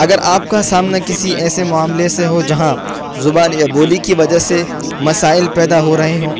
اگر آپ کا سامنا کسی ایسے معاملے سے ہو جہاں زبان یا بولی کی وجہ سے مسائل پیدا ہو رہے ہوں